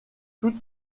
toute